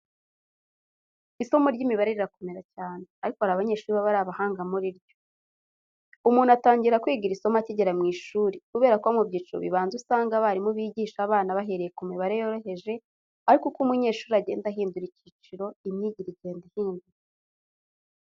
Isomo ry'imibare rirakomera cyane ariko hari abanyeshuri baba ari abahanga muri ryo. Umuntu atangira kwiga iri somo akigera mu ishuri kubera ko mu byiciro bibanza usanga abarimu bigisha abana bahereye ku mibare yoroheje ariko uko umunyeshuri agenda ahindura icyiciro imyigire igenda ihinduka.